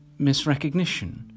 misrecognition